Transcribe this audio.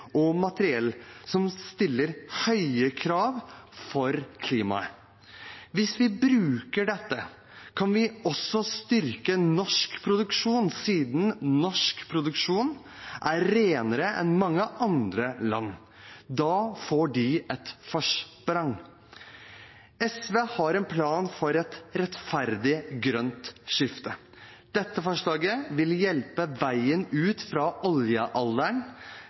og materiell som stiller høye krav for klimaet. Hvis vi bruker dette, kan vi også styrke norsk produksjon, siden norsk produksjon er renere enn i mange andre land. Da får vi et forsprang. SV har en plan for et rettferdig grønt skifte. Dette forslaget vil hjelpe til på veien ut fra oljealderen